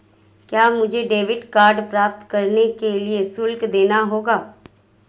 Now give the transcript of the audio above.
क्या मुझे debit card प्राप्त करने के लिए शुल्क देना होगा?